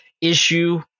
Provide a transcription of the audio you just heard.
issue